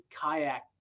kayak